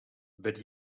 but